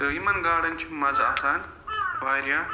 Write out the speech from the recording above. تہٕ یِمَن گاڈَن چھِ مَزٕ آسان واریاہ